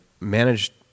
managed